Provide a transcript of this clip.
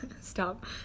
Stop